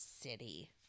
City